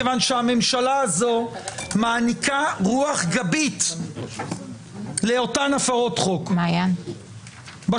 הממשלה הזו מעניקה רוח גבית לאותן הפרות חוק בשטחים,